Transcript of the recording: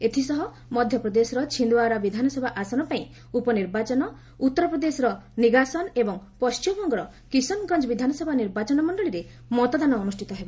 ଏଥିସହ ମଧ୍ୟପ୍ରଦେଶର ଛିନ୍ଦ୍ୱାରା ବିଧାନସଭା ଆସନ ପାଇଁ ଉପନିର୍ବାଚନ ଉତ୍ତର ପ୍ରଦେଶର ନିଗାସନ ଏବଂ ପଣ୍ଢିମବଙ୍ଗର କିଷନଗଞ୍ଜ ବିଧାନସଭା ନିର୍ବାଚନ ମଣ୍ଡଳୀରେ ମତଦାନ ଅନୁଷ୍ଠିତ ହେବ